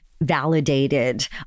validated